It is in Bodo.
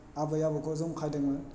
आबै आबौखौ जंखायदोंमोन